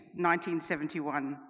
1971